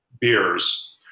beers